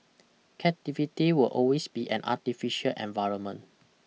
captivity will always be an artificial environment